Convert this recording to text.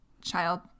child